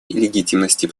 легитимности